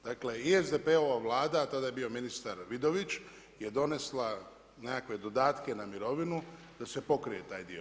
Dakle i SDP-ova vlada tada je bio ministar Vidović je donesla nekakve dodatke na mirovinu da se pokrije taj dio.